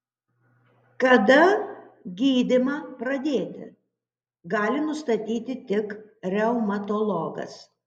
kada gydymą pradėti gali nustatyti tik reumatologas